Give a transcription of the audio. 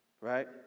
right